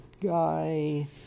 guy